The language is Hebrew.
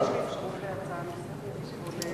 אנחנו לא נבהלים משאלות.